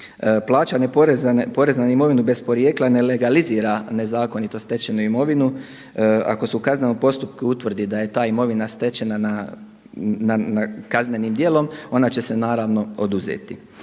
Plaćanje poreza na imovinu bez porijekla ne legalizira nezakonito stečenu imovinu ako se u kaznenom postupku utvrdi da je ta imovina stečena na kaznenim djelom, ona će se oduzeti.